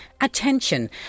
Attention